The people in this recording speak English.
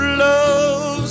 love